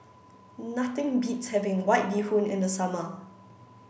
nothing beats having White Bee Hoon in the summer